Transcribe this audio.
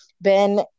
Ben